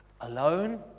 Alone